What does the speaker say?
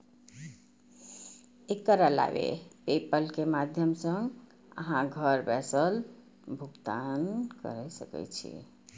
एकर अलावे पेपल के माध्यम सं अहां घर बैसल भुगतान कैर सकै छी